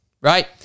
right